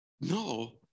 No